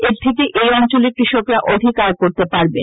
এর থেকে এই অঞ্চলের কৃষকরা অধিক আয় করতে পারবেন